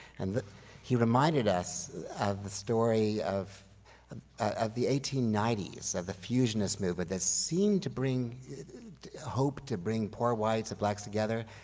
and he reminded us of the story of um of the eighteen ninety s, of the fusionist movement that seemed to bring hope to bring poor whites and blacks together,